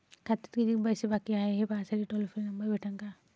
खात्यात कितीकं पैसे बाकी हाय, हे पाहासाठी टोल फ्री नंबर भेटन का?